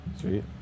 Sweet